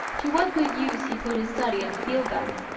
to what good use he put his study of the field guns,